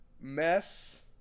Mess